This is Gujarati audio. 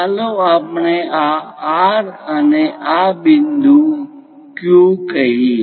ચાલો આપણે આ R અને આ બિંદુને Q કહીએ